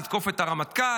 לתקוף את הרמטכ"ל,